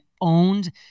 owned